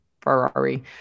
Ferrari